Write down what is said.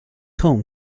home